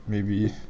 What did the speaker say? maybe